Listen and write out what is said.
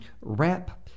wrap